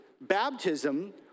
baptism